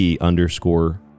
underscore